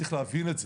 צריך להבין את זה.